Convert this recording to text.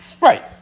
Right